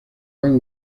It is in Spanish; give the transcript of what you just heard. van